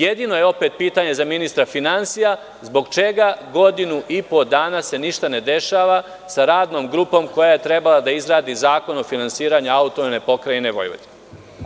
Jedino je opet pitanje za ministra finansija – zbog čega godinu i po dana se ništa ne dešava sa radnom grupom koja je trebala da izradi zakon o finansiranju AP Vojvodine?